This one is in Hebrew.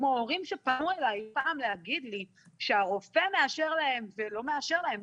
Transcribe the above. כמו הורים שפנו אליי פעם להגיד לי שהרופא מאשר להם זה לא מאשר להם אלא